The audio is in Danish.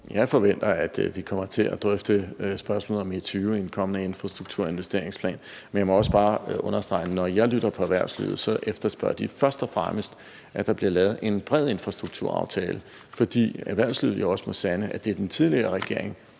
Jeg forventer, at vi kommer til at drøfte spørgsmålet om E20 i en kommende infrastruktur- og investeringsplan, men jeg må også bare understrege, at når jeg lytter til erhvervslivet, efterspørger de først og fremmest, at der bliver lavet en bred infrastrukturaftale, fordi erhvervslivet jo også må sande, at det, den tidligere regering